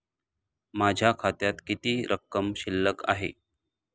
माझ्या खात्यात किती रक्कम शिल्लक आहे?